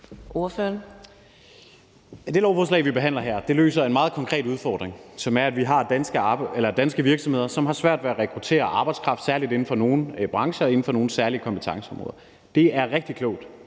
Det lovforslag, vi behandler her, løser en meget konkret udfordring, som er, at vi har danske virksomheder, som har svært ved at rekruttere arbejdskraft særlig inden for nogle brancher og inden for nogle særlige kompetenceområder. Det er rigtig klogt